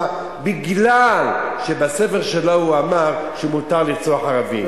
זה מפני שבספר שלו הוא אמר שמותר לרצוח ערבים.